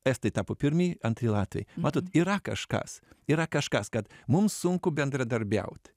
estai tapo pirmi antri latviai matot yra kažkas yra kažkas kad mums sunku bendradarbiaut